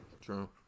true